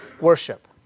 worship